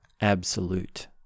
absolute